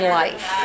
life